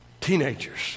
Teenagers